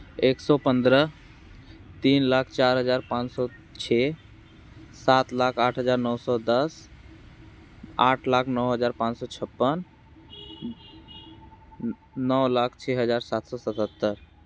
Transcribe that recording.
एक सौ पंद्रह तीन लाख चार हज़ार पाँच सौ छः सात लाख आठ हज़ार नौ सौ दस आठ लाख नौ हज़ार पाँच सौ छप्पन नौ लाख सात हज़ार सात सौ सतहत्तर